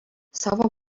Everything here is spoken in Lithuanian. savo